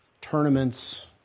tournaments